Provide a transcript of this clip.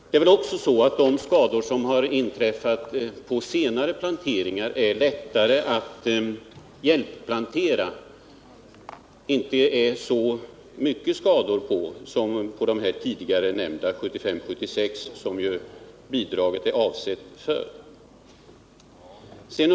Det är väl också så att de skador som inträffat på senare planteringar inte är så stora och är lättare att hjälpplantera än skadorna på 1975 och 1976 års planteringar, som bidraget är avsett för.